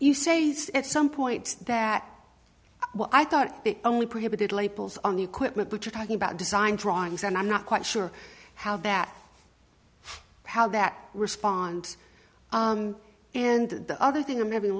it's some point that i thought only prohibited labels on the equipment but you're talking about design drawings and i'm not quite sure how that how that responds and the other thing i'm having a